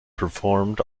performed